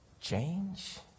change